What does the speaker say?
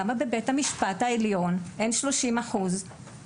למה זה לא חל גם עליהם?